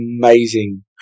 amazing